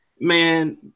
man